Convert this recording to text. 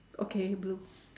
okay blue